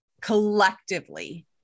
collectively